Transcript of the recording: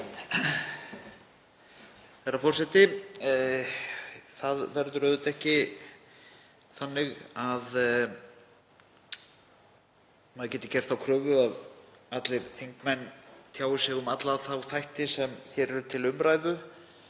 Herra forseti. Það verður auðvitað ekki þannig að maður geti gert þá kröfu að allir þingmenn tjái sig um alla þá þætti sem hér eru til umræðu.